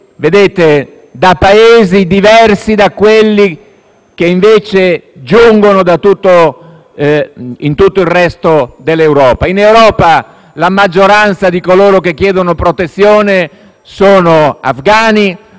da Paesi diversi da quelli da cui invece giungono in tutto il resto dell'Europa. In Europa la maggioranza di coloro che chiedono protezione sono afgani,